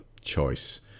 choice